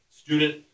student